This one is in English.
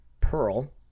Pearl